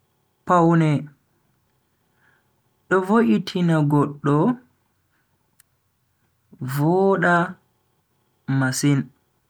Pawne do vo'itina goddo voda masin.